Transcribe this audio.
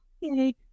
yay